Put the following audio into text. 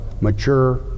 mature